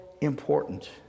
important